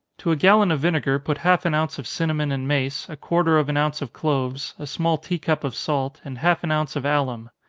to a gallon of vinegar put half an ounce of cinnamon and mace, a quarter of an ounce of cloves, a small tea-cup of salt, and half an ounce of alum.